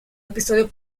episodio